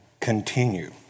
continue